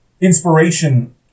inspiration